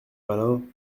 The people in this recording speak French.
malin